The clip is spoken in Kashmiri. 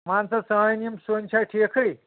ون سا سٲنۍ یِم سوٚنۍ چھا ٹھیکھٕے